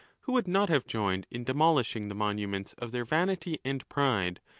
who would not have joined in demo lishing the monuments of their vanity and pride,